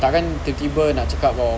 tak kan tiba-tiba nak cakap